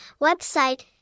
website